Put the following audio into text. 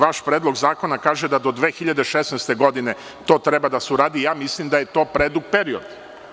Vaš predlog zakona kaže da do 2016. godine to treba da se uradi, ja mislim da je to predug period.